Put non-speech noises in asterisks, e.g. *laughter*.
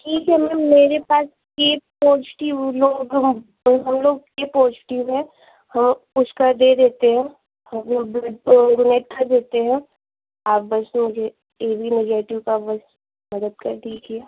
ठीक है मैम मेरे पास बी पॉजिटिव लोग हम लोग बी पॉजिटिव हैं हाँ उसका दे देते हैं हम लोग ब्लड तो *unintelligible* देते हैं आप बस मुझे ए बी नेगेटिव का कुछ मदद कर दीजिए